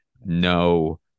no